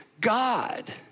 God